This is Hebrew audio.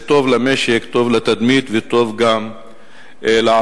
זה טוב למשק, טוב לתדמית וטוב גם לערבים,